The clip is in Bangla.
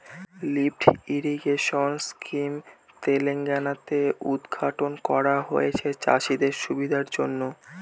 লিফ্ট ইরিগেশন স্কিম তেলেঙ্গানা তে উদ্ঘাটন করা হয়েছে চাষীদের সুবিধার জন্য